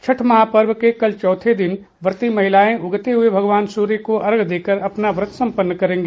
छठ महापर्व के कल चौथे दिन व्रती महिलाएं उगते हुए भगवान सूर्य को अर्घ्य देकर अपना व्रत सम्पन्न करेंगी